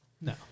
No